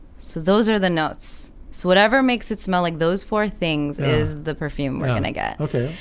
so those are the nuts. so whatever makes it smell like those four things is the perfume and i got. okay.